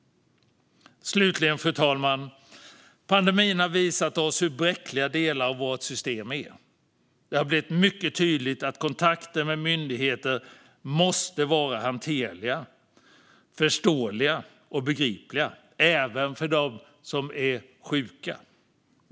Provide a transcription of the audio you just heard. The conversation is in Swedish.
Fru talman! Pandemin har visat oss hur bräckliga delar av våra system är. Det har blivit mycket tydligt att kontakter med myndigheter måste vara hanterliga, förståeliga och begripliga - även för den som är sjuk.